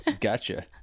Gotcha